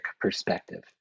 perspective